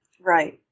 Right